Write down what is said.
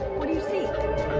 what do you see?